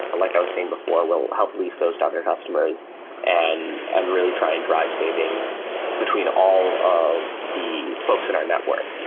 like i was saying before, will help release those to other customers and and really try and drive savings between all of the folks in our network,